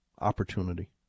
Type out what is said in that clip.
opportunity